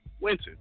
Winter